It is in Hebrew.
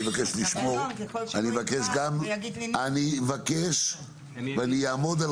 אני מבקש לשמור אני מבקש גם אני מבקש ואני אעמוד על